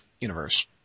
universe